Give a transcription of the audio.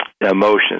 Emotions